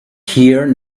here